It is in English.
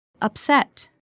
Upset